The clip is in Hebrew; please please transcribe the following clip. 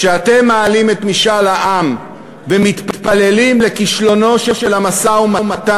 כשאתם מעלים את משאל העם ומתפללים לכישלונו של המשא-ומתן,